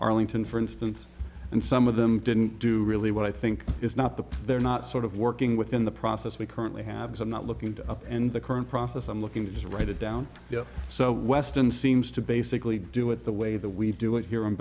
arlington for instance and some of them didn't do really what i think is not the they're not sort of working within the process we currently have as i'm not looking to up in the current process i'm looking to just write it down so weston seems to basically do it the way that we do it here in